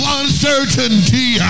uncertainty